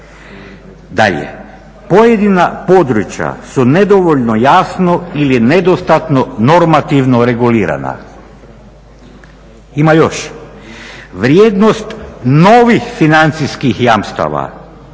Dalje, pojedina područja su nedovoljno jasno ili nedostatno normativno regulirana. Ima još, vrijednost novih financijskih jamstava